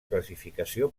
classificació